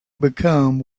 become